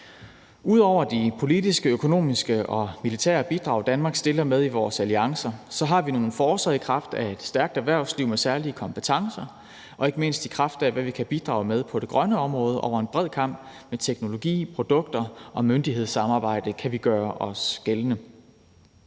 Ud over de politiske, økonomiske og militære bidrag, Danmark stiller med i vores alliancer, har vi nogle forcer i kraft af et stærkt erhvervsliv med særlige kompetencer, ikke mindst i kraft af hvad vi kan bidrage med på det grønne område over en bred kam. Med teknologi, produkter og myndighedssamarbejde kan vi gøre os gældende.